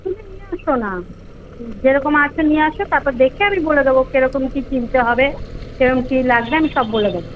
তুমি নিয়ে আসো না যেরকম আছে নিয়ে আসো তারপর দেখে আমি বলে দেবো কেরকম কী কিনতে হবে কীরম কী লাগবে আমি সব বলে দেবো